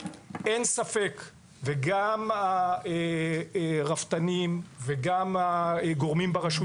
אין ספק וגם הרפתנים וגם גורמים ברשות